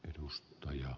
edustajia